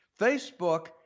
Facebook